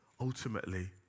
Ultimately